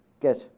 get